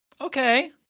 Okay